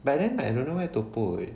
but then I don't know where to put